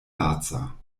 laca